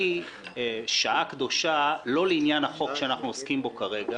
היא שעה קדושה לא לעניין החוק שאנחנו עוסקים בו כרגע,